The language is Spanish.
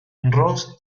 ross